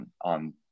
on